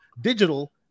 digital